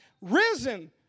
risen